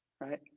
right